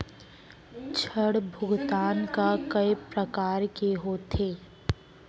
ऋण भुगतान ह कय प्रकार के होथे?